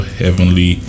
heavenly